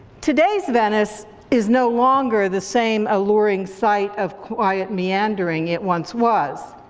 today's venice is no longer the same alluring site of quiet meandering it once was,